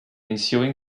ensuing